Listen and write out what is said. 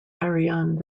ariane